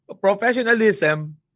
Professionalism